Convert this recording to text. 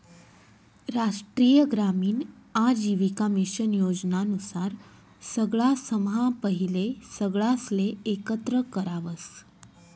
राष्ट्रीय ग्रामीण आजीविका मिशन योजना नुसार सगळासम्हा पहिले सगळासले एकत्र करावस